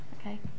Okay